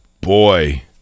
Boy